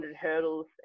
hurdles